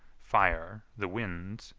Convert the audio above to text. fire, the winds,